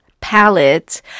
palette